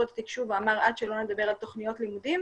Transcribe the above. את התקשוב ואמר שעד שלא נדבר על תכניות לימודים,